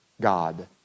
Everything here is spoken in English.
God